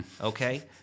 Okay